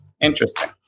interesting